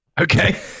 Okay